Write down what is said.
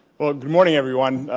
good morning everyone.